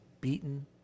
beaten